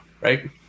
right